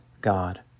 God